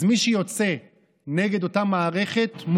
אז מי שיוצא נגד אותה מערכת,